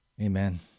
Amen